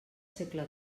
segle